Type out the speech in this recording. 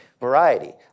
variety